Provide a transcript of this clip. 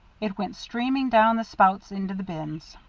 it went streaming down the spouts into the bins.